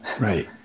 Right